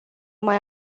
mai